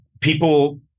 people